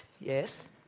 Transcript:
yes